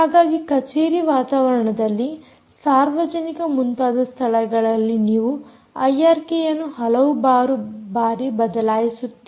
ಹಾಗಾಗಿ ಕಚೇರಿ ವಾತಾವರಣದಲ್ಲಿ ಸಾರ್ವಜನಿಕ ಮುಂತಾದ ಸ್ಥಳಗಳಲ್ಲಿ ನೀವು ಐಆರ್ಕೆಯನ್ನು ಹಲವು ಬಾರಿ ಬದಲಾಯಿಸುತ್ತಿರಿ